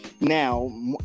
Now